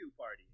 Party